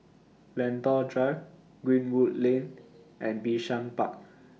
Lentor Drive Greenwood Lane and Bishan Park